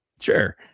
sure